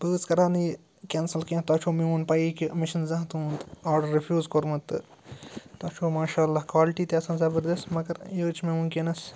بہٕ حظ کَرٕہاو نہٕ یہِ کٮ۪نسل کیٚنٛہہ تۄہہِ چھو میون پَیی کہِ مےٚ چھُنہٕ زانٛہہ تُہُنٛد آرڈَر رِفیوٗز کوٚرمُت تہٕ تۄہہِ چھو ماشاء اللہ کالٹی تہِ آسان زَبردست مَگر یہِ حظ چھِ مےٚ وٕنۍکٮ۪نَس